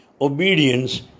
obedience